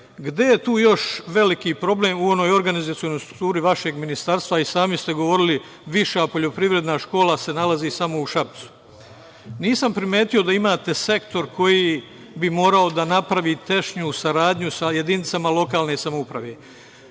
je tu još veliki problem u onoj organizacionoj strukturi vašeg ministarstva? Sami ste govorili – Viša poljoprivredna škola se nalazi samo u Šapcu. Nisam primetio da imate sektor koji bi morao da napravi tešnju saradnju sa jedinicama lokalne samouprave. Vi